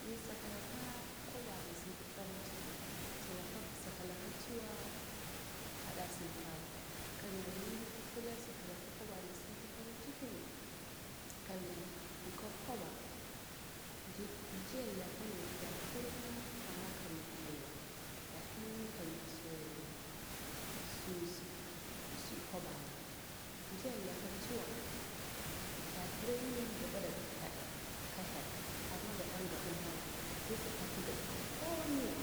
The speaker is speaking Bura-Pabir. Eh sakalaka koba ana sinti farinciki sakalaka tsuwa ada sinti wa kamya dalili ti pila sakalaka kwaba ana sinti farincikini kamya migaka kwaba mjiyar laka da hirga ama kamya hel wa da hiryin kamya kwabayn mjiyar lakantsuwa dahiryini da bwoda ka hel ama gaɗa ngaɓilawa sai sakati gadi kakomiwa